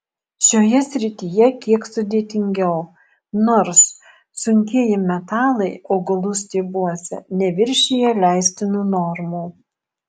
šioje srityje kiek sudėtingiau nors sunkieji metalai augalų stiebuose neviršija leistinų normų